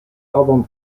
album